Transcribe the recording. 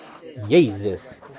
Jesus